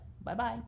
Bye-bye